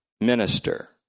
minister